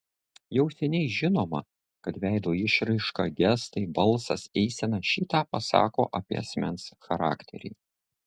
jau seniai žinoma kad veido išraiška gestai balsas eisena šį tą pasako apie asmens charakterį